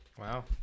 Wow